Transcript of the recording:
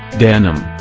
denim,